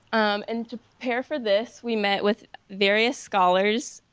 and to prepare for this, we met with various scholars,